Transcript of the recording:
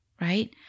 right